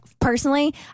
personally